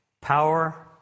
power